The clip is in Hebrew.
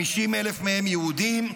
50,000 מהם יהודים,